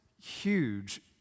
huge